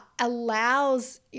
allows